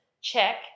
check